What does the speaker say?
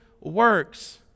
works